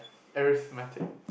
arithmetic